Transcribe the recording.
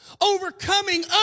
Overcoming